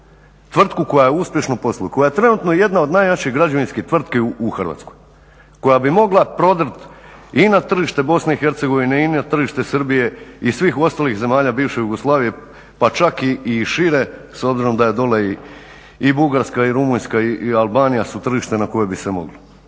tvrtka koja uspješno posluje, koja je trenutno jedna od najjačih građevinskih tvrtki u Hrvatskoj, koja bi mogla prodrijet i na tržište BiH i na tržište Srbije i svih ostalih zemalja bivše Jugoslavije pa čak i šire s obzirom da je dolje i Bugarska i Rumunjska i Albanija su tržište na koje bi se moglo.